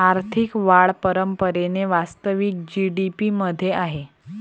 आर्थिक वाढ परंपरेने वास्तविक जी.डी.पी मध्ये आहे